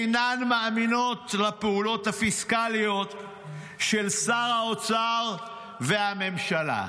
אינן מאמינות לפעולות הפיסקליות של שר האוצר והממשלה.